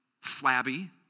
flabby